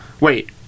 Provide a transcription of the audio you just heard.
Wait